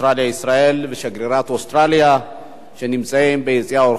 ישראל ושגרירת אוסטרליה שנמצאים ביציע האורחים.